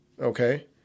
Okay